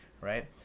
right